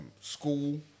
School